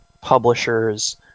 publishers